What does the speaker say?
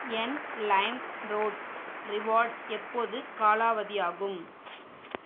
என் Limeroad reward எப்போது காலாவதியாகும்